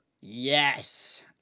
Yes